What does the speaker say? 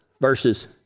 verses